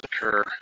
occur